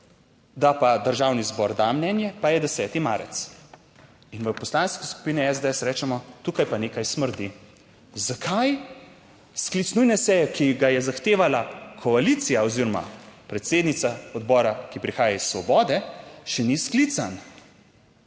da pa Državni zbor da mnenje, pa je 10. marec in v Poslanski skupini sds rečemo, tukaj pa nekaj smrdi. Zakaj? Sklic nujne seje, ki ga je zahtevala koalicija oziroma predsednica odbora, ki prihaja iz Svobode, še ni sklican